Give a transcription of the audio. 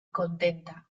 contenta